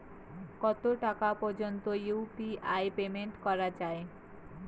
কত টাকা পর্যন্ত ইউ.পি.আই পেমেন্ট করা যায়?